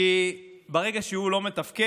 כי ברגע שהוא לא מתפקד,